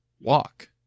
walk